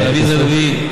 עליזה לביא,